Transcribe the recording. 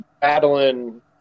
battling